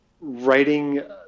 writing